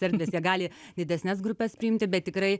erdvės jie gali didesnes grupes priimti bet tikrai